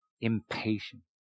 impatient